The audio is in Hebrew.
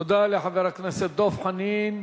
תודה לחבר הכנסת דב חנין.